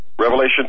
Revelation